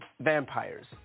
vampires